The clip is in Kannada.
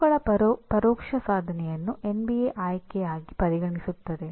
ಸಿಒಗಳ ಆಯ್ಕೆಯಾಗಿ ಪರಿಗಣಿಸುತ್ತದೆ